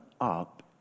up